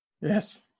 Yes